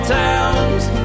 towns